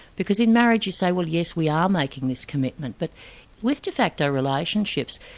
because in marriage you say well yes, we are making this commitment. but with de facto relationships,